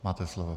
Máte slovo.